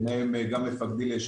אני